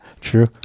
True